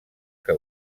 que